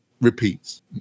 repeats